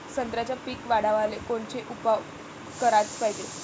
संत्र्याचं पीक वाढवाले कोनचे उपाव कराच पायजे?